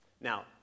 Now